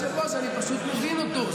אז אני אומר לכם בצורה חד-משמעית: